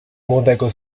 młodego